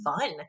fun